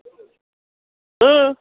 হুম